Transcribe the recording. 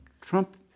Trump